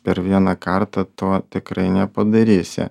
per vieną kartą to tikrai nepadarysi